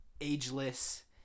ageless